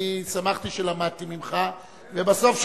שמחתי שלמדתי ממך, ובסוף שמעו.